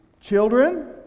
Children